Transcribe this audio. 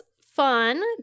fun